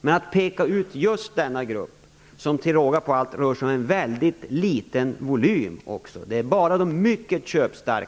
Här pekas dock en grupp ut - till råga på allt rör det sig om en väldigt liten volym - som består av mycket köpstarka.